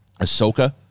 Ahsoka